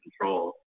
control